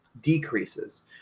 decreases